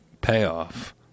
payoff